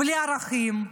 בלי ערכים,